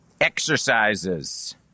exercises